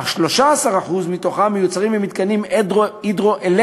אך 13% מתוכם מיוצרים במתקנים הידרואלקטריים,